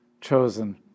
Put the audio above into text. chosen